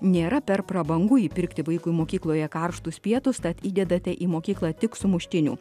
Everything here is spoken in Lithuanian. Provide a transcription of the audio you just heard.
nėra per prabangų įpirkti vaikui mokykloje karštus pietus tad įdedate į mokyklą tik sumuštinių